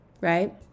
right